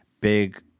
big